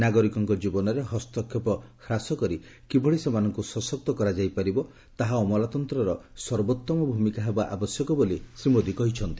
ନାଗରିକଙ୍କ ଜୀବନରେ ହସ୍ତକ୍ଷେପ ହ୍ରାସ କରି କିଭଳି ସେମାନଙ୍କୁ ସଶକ୍ତ କରାଯାଇ ପାରିବ ତାହା ଅମଲାତନ୍ତ୍ରର ସର୍ବୋତ୍ତମ ଭୂମିକା ହେବା ଆବଶ୍ୟକ ବୋଲି ଶ୍ରୀ ମୋଦୀ କହିଛନ୍ତି